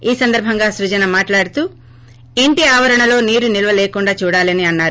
ఈ సందర్భంగా సృజన మాట్లాడుతూ ఇంటి ఆవరణలో నీరు నిల్వ లేకుండా చూడాలని అన్నారు